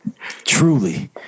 Truly